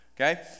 Okay